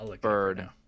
Bird